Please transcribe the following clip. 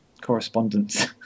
correspondence